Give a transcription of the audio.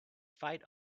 fight